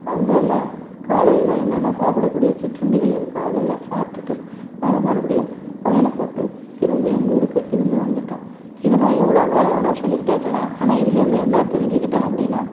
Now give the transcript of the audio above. அங்கெல்லாம் காலையில் என்னென்ன சாப்பிடக்கூடிய சிற்றுண்டிகள் இருக்கோ அதெல்லாம் சாப்பிட்டுட்டு நாங்கள் மறுபடியும் பயணம் போட்டு திரும்ப எங்கள் ஊருக்கே திரும்பி வந்துட்டோம் இது நான் எவ்வளோ நேரம் வேணுனா சொல்லிக்கிட்டே போகலாம் ஆனால் இதில் இருந்து என்னா தெரிஞ்சிக்கிட்டோம் அப்படின்னா